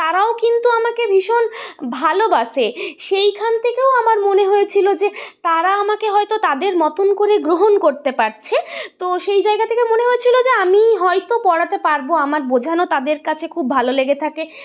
তারাও কিন্তু আমাকে ভীষণ ভালোবাসে সেইখান থেকেও আমার মনে হয়েছিলো যে তারা আমাকে হয়তো তাদের মতোন করে গ্রহণ করতে পারছে তো সেই জায়গা থেকে মনে হয়েছিলো যে আমি হয়তো পড়াতে পারবো আমার বোঝানো তাদের কাছে খুব ভালো লেগে থাকে